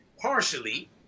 Partially